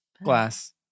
Glass